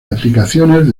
aplicaciones